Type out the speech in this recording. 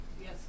Yes